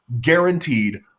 guaranteed